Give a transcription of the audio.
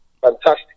Fantastic